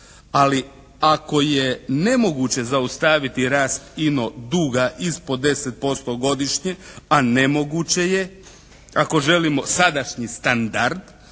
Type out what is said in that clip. Ali ako je nemoguće zaustaviti rast inog duga ispod 10% godišnje, a nemoguće je ako želimo sadašnji standarde